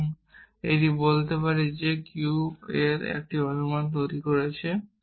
এবং বলতে পারি যে আমি q এর এই অনুমানটি তৈরি করেছি